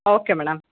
okay madam